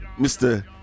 Mr